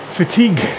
fatigue